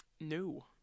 no